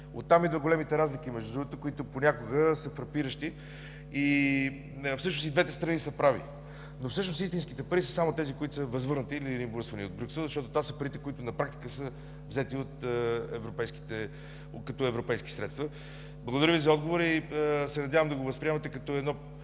От там идват големите разлики, между другото, които понякога са фрапиращи, а всъщност и двете страни са прави. Но истинските пари са само тези, които са възвърнати или реимбурсвани от Брюксел, защото това са парите, които на практика са взети като европейски средства. Благодаря Ви за отговора и се надявам да възприемете